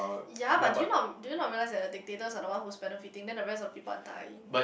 ya but do you not do you not realise that the dictators are the one who's benefiting then the rest of the people are dying